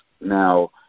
Now